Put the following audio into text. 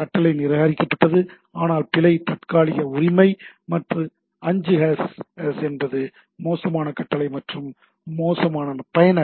கட்டளை நிராகரிக்கப்பட்டது ஆனால் பிழை நிலை தற்காலிக உரிமை மற்றும் 5 என்பது மோசமான கட்டளை மற்றும் மோசமான பயனர்